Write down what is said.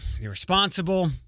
irresponsible